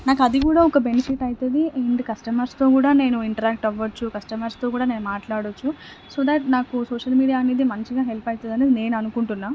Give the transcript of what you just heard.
నాకది కూడా ఒక బెనిఫిట్ అవుతుంది అండ్ కస్టమర్స్తో కూడా నేను ఇంటర్యాక్ట్ అవ్వొచ్చు కస్టమర్స్తో కూడా నేను మాట్లాడొచ్చు సో దట్ నాకు సోషల్ మీడియా అనేది మంచిగా హెల్ప్ అవుతుందని నేననుకుంటున్నా